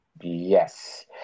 yes